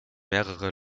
mehrere